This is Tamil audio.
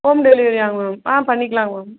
ஹோம் டெலிவரியா மேம் ஆ பண்ணிக்கலாங்க மேம்